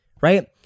right